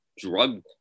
drug